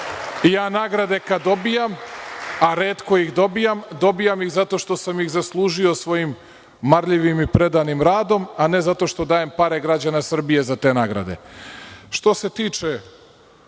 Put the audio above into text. ja nagrade kad dobijam, a retko ih dobijam, dobijam zato što sam ih zaslužio svojim marljivim i predanim radom, a ne zato što dajem pare građana Srbije za te nagrade. Što